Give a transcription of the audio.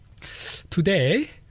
Today